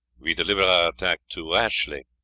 we delivered our attack too rashly.